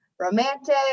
Romantic